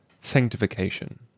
Sanctification